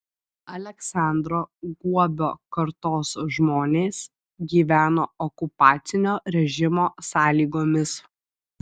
aleksandro guobio kartos žmonės gyveno okupacinio režimo sąlygomis